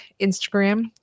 Instagram